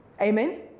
Amen